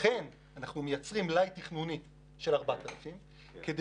לכן אנחנו מייצרים מלאי תכנוני של 4,000. כדי